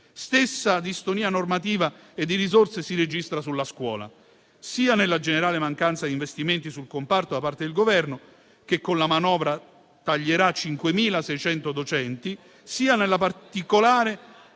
Stessa distonia normativa e di risorse si registra sulla scuola, sia nella generale mancanza di investimenti sul comparto da parte del Governo, che con la manovra taglierà 5.600 docenti, sia, in particolare,